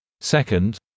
Second